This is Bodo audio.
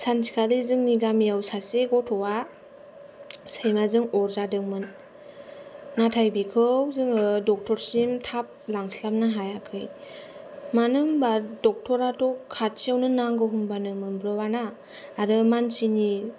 सानसेखालि जोंनि जायगायाव सासे गथ'वा सैमाजों अरजादोंमोन नाथाय बिखौ जोङो ड'क्टरसिम थाब लांस्लाबनो हायासै मानो होनब्ला ड'क्टराथ' खाथियावनो नांगो होनबानो मोनब्रबाना आरो मानसिनि